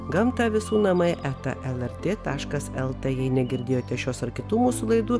gamta visų namai eta lrt taškas lt jei negirdėjote šios ar kitų mūsų laidų